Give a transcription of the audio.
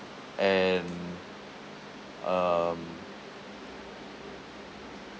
and um